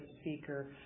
speaker